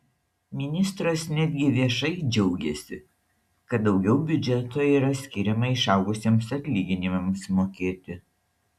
ministras netgi viešai džiaugėsi kad daugiau biudžeto yra skiriama išaugusiems atlyginimams mokėti